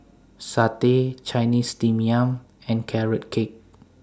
Satay Chinese Steamed Yam and Carrot Cake